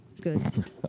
Good